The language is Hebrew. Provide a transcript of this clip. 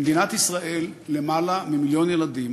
במדינת ישראל למעלה ממיליון ילדים,